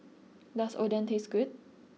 does Oden taste good